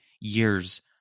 years